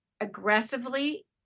aggressively